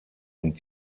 und